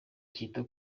cyita